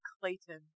Clayton